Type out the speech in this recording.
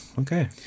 okay